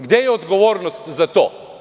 Gde je odgovornost za to?